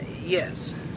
Yes